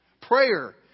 Prayer